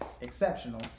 exceptional